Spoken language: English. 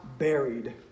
buried